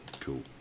Cool